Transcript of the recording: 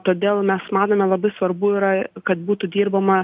todėl mes matome labai svarbu yra kad būtų dirbama